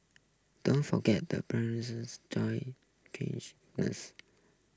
don't forget the joy